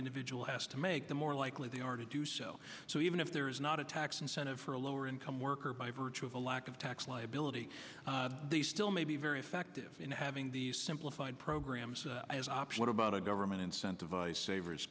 individual has to make the more likely they are to do so so even if there is not a tax incentive for a lower income worker by virtue of a lack of tax liability they still may be very effective in having these simplified programs what about a government incentivize savers